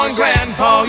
grandpa